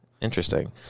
interesting